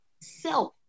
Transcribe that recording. self